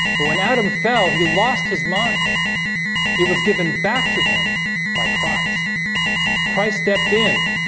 but when adam fell he lost his mind it was given back to him by christ christ stepped in